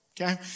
okay